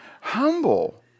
humble